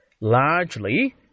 largely